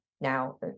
now